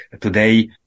today